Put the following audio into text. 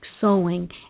sewing